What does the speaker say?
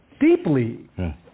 deeply